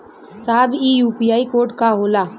साहब इ UPI code का होला?